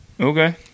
Okay